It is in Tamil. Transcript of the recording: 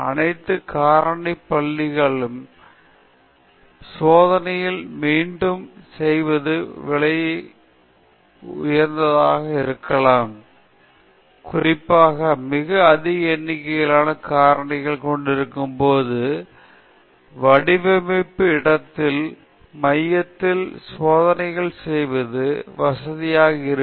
அனைத்து காரணி புள்ளிகளிலும் சோதனைகளை மீண்டும் செய்வது விலையுயர்ந்ததாக இருக்கலாம் குறிப்பாக மிக அதிக எண்ணிக்கையிலான காரணிகளைக் கொண்டிருக்கும்போது வடிவமைப்பு இடத்தின் மையத்தில் சோதனைகள் செய்வது வசதியாக இருக்கும்